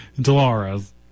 Dolores